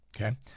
okay